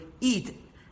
eat